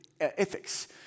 ethics